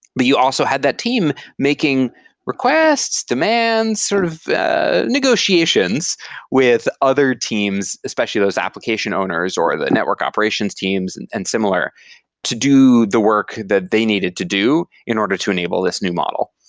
but you also had that team making requests, demands, sort of negotiations with other teams, especially those application owners or the network operations teams and and similar to do the work that they needed to do in order to enable this new model.